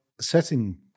setting